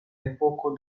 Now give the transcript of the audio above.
epoko